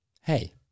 Hey